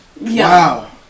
Wow